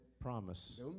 promise